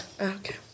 Okay